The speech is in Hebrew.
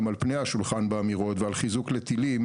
הם על פני השולחן באמירות ועל חיזוק לטילים,